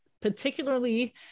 particularly